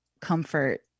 comfort